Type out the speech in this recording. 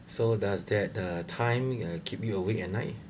so does that the time uh keep you awake at night